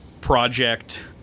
project